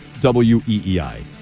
W-E-E-I